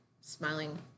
smiling